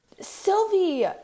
Sylvie